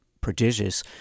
prodigious